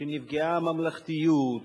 שנפגעה הממלכתיות,